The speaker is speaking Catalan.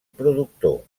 productor